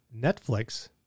Netflix